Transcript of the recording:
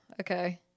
Okay